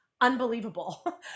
Unbelievable